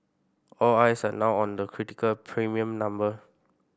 all eyes are now on the critical premium number